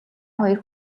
хоёр